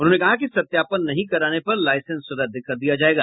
उन्होंने कहा कि सत्यापन नहीं कराने पर लाईसेंस रद्द कर दिया जायेगा